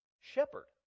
shepherd